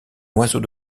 oiseau